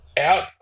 out